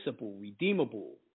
redeemable